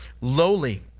Lowly